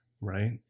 right